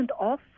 off